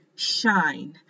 Shine